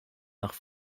nach